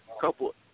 couple